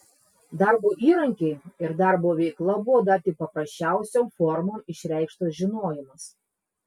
darbo įrankiai ir darbo veikla buvo dar tik paprasčiausiom formom išreikštas žinojimas